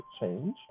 change